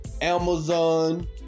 Amazon